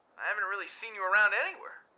i haven't really seen you around anywhere.